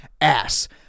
ass